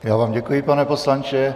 Já vám děkuji, pane poslanče.